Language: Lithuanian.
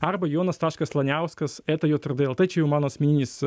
arba jonas taškas laniauskas eta ej er d el t čia jau mano asmeninis